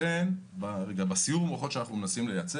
בסיעור המוחות שעשינו,